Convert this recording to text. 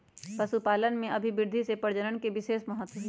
पशुपालन के अभिवृद्धि में पशुप्रजनन के विशेष महत्त्व हई